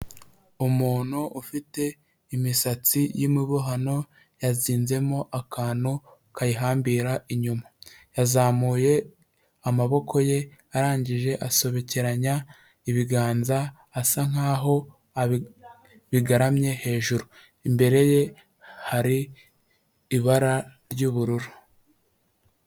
Umuntu ufite imisatsi yimibono yazinzemo akantu kayihambira inyuma, yazamuye amaboko ye arangije asobekeranya ibiganza, asa nkaho bigaramye hejuru imbere ye hari ibara ry'ubururu.